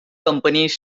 companies